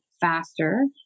faster